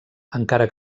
encara